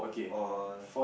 all